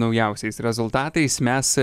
naujausiais rezultatais mes